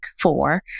four